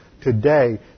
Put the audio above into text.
today